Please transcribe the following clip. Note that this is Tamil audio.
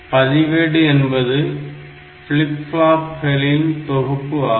பதிவேடு என்பது ஃபிளிப் ஃப்ளாப்களின் தொகுப்பு ஆகும்